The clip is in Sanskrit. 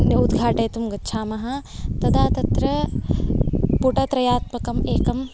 उद्घाटयितुं गच्छामः तदा तत्र पुटत्रयात्मकम् एकं